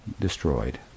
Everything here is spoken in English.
destroyed